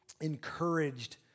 encouraged